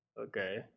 Okay